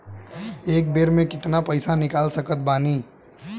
एक बेर मे केतना पैसा निकाल सकत बानी?